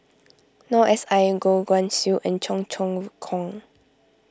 Noor S I Goh Guan Siew and Cheong Choong Kong